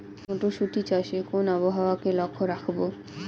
মটরশুটি চাষে কোন আবহাওয়াকে লক্ষ্য রাখবো?